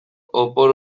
opor